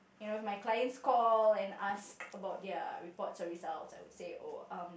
and when my clients call and ask about their reports or results I would say oh um